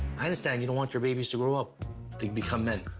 i understand you don't want your babies to grow up. they become men.